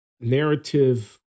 narrative